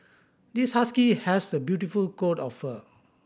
this husky has a beautiful coat of fur